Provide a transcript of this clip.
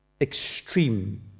extreme